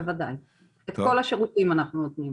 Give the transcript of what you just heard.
את כל השירותים אנחנו נותנים.